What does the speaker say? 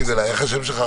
תקשיב אליי, עידו,